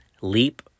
Leap